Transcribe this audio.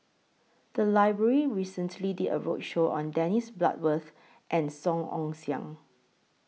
The Library recently did A roadshow on Dennis Bloodworth and Song Ong Siang